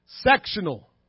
sectional